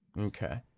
Okay